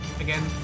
again